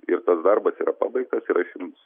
ir tas darbas yra pabaigtas ir aš jums